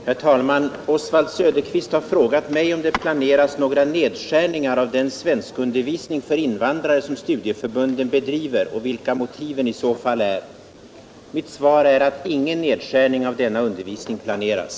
Herr talman! Oswald Söderqvist har frågat mig om det planeras några nedskärningar av den svenskundervisning för invandrare som studieförbunden bedriver, och vilka motiven i så fall är. Mitt svar är att ingen nedskärning av denna undervisning planeras.